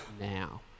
now